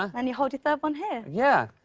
um and you hold the third one here. yeah.